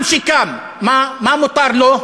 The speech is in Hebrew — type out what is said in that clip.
עם שקם, מה מותר לו?